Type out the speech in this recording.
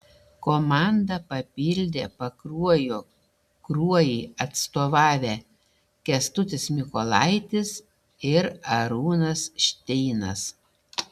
komanda papildė pakruojo kruojai atstovavę kęstutis mykolaitis ir arūnas šteinas